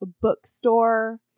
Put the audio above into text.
bookstore